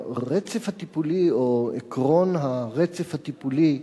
הרצף הטיפולי או עקרון הרצף הטיפולי,